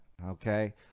Okay